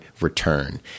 return